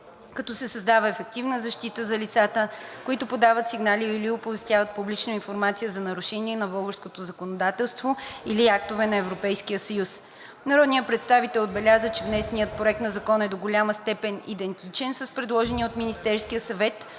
като се създава ефективна защита за лицата, които подават сигнали или оповестяват публично информация за нарушения на българското законодателство или актове на Европейския съюз. Народният представител отбеляза, че внесеният Проект на закон е до голяма степен идентичен с предложения от Министерския съвет